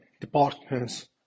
Departments